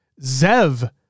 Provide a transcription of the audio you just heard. Zev